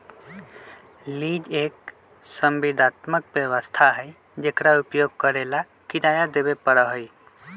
lease एक संविदात्मक व्यवस्था हई जेकरा उपयोग करे ला किराया देवे पड़ा हई